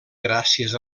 gràcies